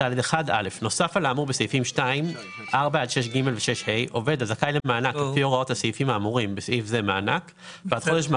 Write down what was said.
'לנצל את נקודות הזיכוי שאינן מנוצלות על ידי